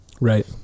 Right